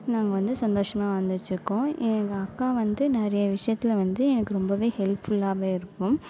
நாங்கள் வந்து சந்தோசமாக வாழ்ந்துட்டு இருக்கோம் எங்கள் அக்கா வந்து நிறைய விஷயத்தில் வந்து எனக்கு ரொம்பவே ஹெல்ப்ஃபுல்லாகவே இருக்கும்